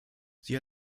sie